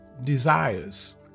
desires